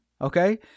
okay